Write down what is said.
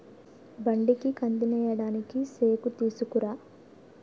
బండికి కందినేయడానికి సేకుతీసుకురా